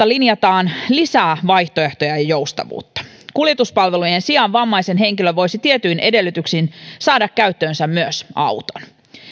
linjataan lisää vaihtoehtoja ja joustavuutta kuljetuspalvelujen sijaan vammainen henkilö voisi tietyin edellytyksin saada käyttöönsä myös auton